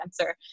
answer